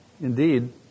indeed